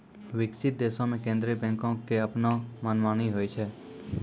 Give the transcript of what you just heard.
विकसित देशो मे केन्द्रीय बैंको के अपनो मनमानी होय छै